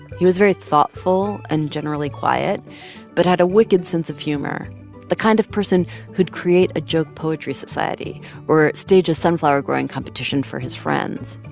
he was very thoughtful and generally quiet but had a wicked sense of humor the kind of person who'd create a joke poetry society or stage a sunflower-growing competition for his friends.